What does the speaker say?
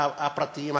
הפרטיים הקטנים,